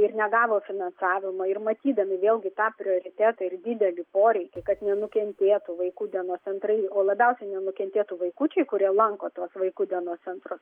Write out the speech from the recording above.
ir negavo finansavimo ir matydami vėlgi tą prioritetą ir didelį poreikį kad nenukentėtų vaikų dienos centrai o labiausiai nenukentėtų vaikučiai kurie lanko tuos vaikų dienos centrus